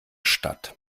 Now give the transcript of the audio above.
stadt